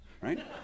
Right